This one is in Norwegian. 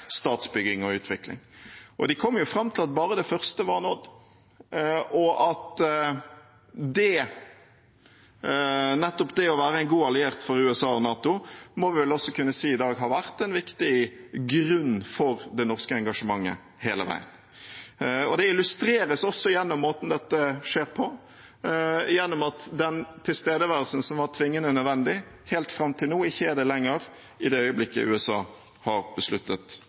statsbygging og utvikling. De kom fram til at bare det første var nådd, og nettopp det å være en god alliert for USA og NATO må vi vel også kunne si har vært en viktig grunn for det norske engasjementet hele veien. Det illustreres også gjennom måten dette skjer på, at den tilstedeværelsen som var tvingende nødvendig helt fram til nå, ikke er det lenger i det øyeblikket USA har besluttet